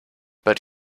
but